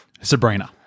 Sabrina